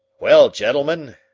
well, gentlemen,